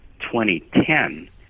2010